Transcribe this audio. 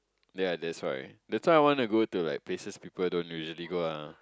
yea that's right that's why I want to go to like places people don't usually go ah